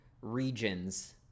regions